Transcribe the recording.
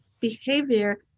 behavior